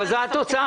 זו התוצאה.